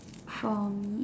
from